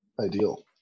ideal